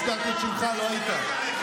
הזכרתי את שמך, לא היית.